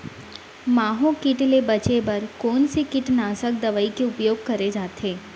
माहो किट ले बचे बर कोन से कीटनाशक दवई के उपयोग करे जाथे?